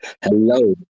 hello